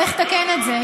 צריך לתקן את זה.